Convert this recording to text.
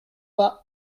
pas